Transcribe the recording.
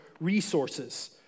resources